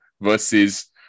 versus